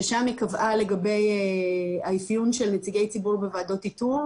ששם היא קבעה לגבי האפיון של נציגי ציבור בוועדות איתור,